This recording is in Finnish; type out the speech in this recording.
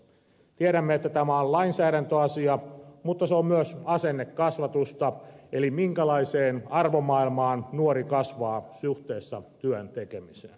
tiedämme että tämä on lainsäädäntöasia mutta se on myös asennekasvatusta eli minkälaiseen arvomaailmaan nuori kasvaa suhteessa työn tekemiseen